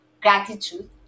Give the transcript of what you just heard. gratitude